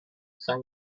cinq